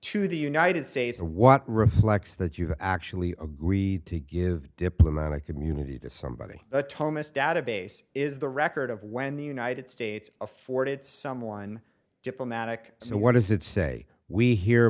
to the united states and what reflects that you actually agreed to give diplomatic immunity to somebody the thomas database is the record of when the united states afforded someone diplomatic so what does it say we he